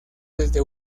desde